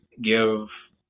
give